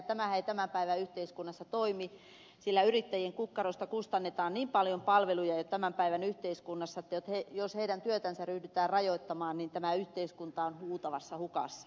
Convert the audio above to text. tämähän ei tämän päivän yhteiskunnassa toimi sillä yrittäjien kukkarosta kustannetaan niin paljon palveluja tämän päivän yhteiskunnassa että jos heidän työtänsä ryhdytään rajoittamaan niin tämä yhteiskunta on huutavassa hukassa